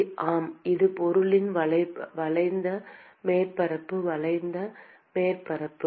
மாணவர் ஆம் இது பொருளின் வளைந்த மேற்பரப்பு வளைந்த மேற்பரப்பு